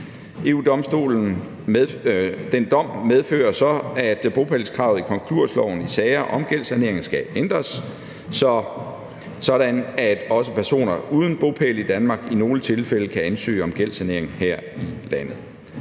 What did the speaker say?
dom medfører så, at bopælskravet i konkursloven i sager om gældssanering skal ændres, sådan at også personer uden bopæl i Danmark i nogle tilfælde kan ansøge om gældssanering her i landet.